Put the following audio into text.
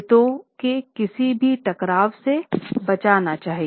हितों के किसी भी टकराव से बचना चाहिए